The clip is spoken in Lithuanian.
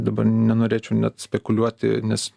dabar nenorėčiau net spekuliuoti nes